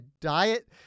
diet